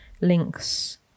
links